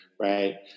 right